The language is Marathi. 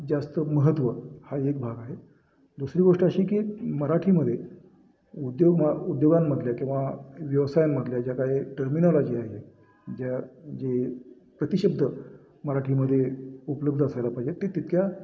जास्त महत्त्व हा एक भाग आहे दुसरी गोष्ट अशी की मराठीमध्ये उद्योग उद्योगांमधल्या किंवा व्यवसायांमधल्या ज्या काय टर्मिनॉलॉजी आहे ज्या जे प्रतिशब्द मराठीमध्ये उपलब्ध असायला पाहिजे ते तितक्या